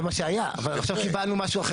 זה מה שהיה, אבל עכשיו קיבלנו משהו אחר.